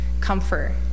comfort